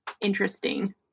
interesting